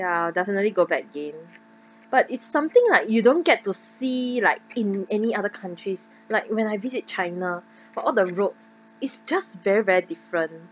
ya definitely go back again but it's something like you don't get to see like in any other countries like when I visit china all the roads is just very very different